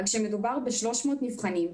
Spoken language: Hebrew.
אבל כשמדובר ב-300 נבחנים,